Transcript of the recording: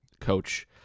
coach